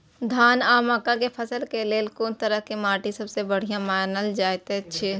धान आ मक्का के फसल के लेल कुन तरह के माटी सबसे बढ़िया मानल जाऐत अछि?